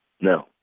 No